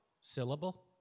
Syllable